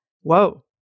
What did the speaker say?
whoa